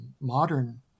modern